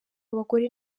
abagore